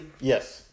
yes